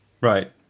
right